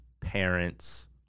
parents